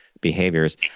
behaviors